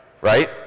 right